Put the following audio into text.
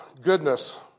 Goodness